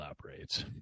operates